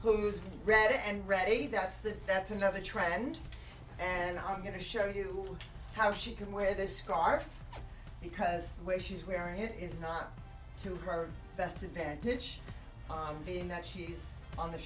who's read and ready that's the that's another trend and i'm going to show you how she can wear this scarf because where she's wearing it is not to her best advantage on being that she's on the